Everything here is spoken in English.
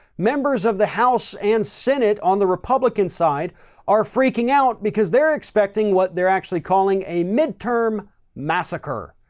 members of the house and senate on the republican side are freaking out because they're expecting what they're actually calling a midterm massacre.